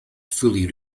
fully